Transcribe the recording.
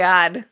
God